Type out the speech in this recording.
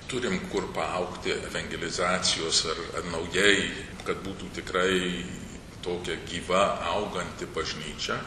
turim kur paaugti evangelizacijos ar ar naujai kad būtų tikrai tokia gyva auganti bažnyčia